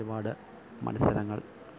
ഒരുപാട് മത്സരങ്ങൾ